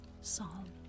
Psalm